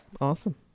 Awesome